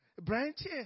branches